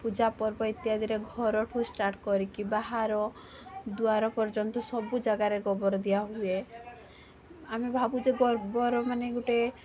ପୂଜାପର୍ବ ଇତ୍ୟାଦି ରେ ଘର ଠୁ ଷ୍ଟାର୍ଟ କରିକି ବାହାର ଦ୍ୱାର ପର୍ଯ୍ୟନ୍ତ ସବୁ ଯାଗାରେ ଗୋବର ଦିଆ ହୁଏ ଆମେ ଭାବୁଛେ ମାନେ ଗୋଟେ